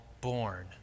born